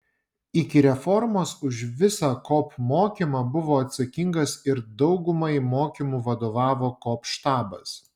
iki reformos už visą kop mokymą buvo atsakingas ir daugumai mokymų vadovavo kop štabas